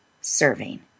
serving